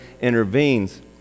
intervenes